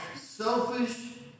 selfish